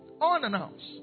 unannounced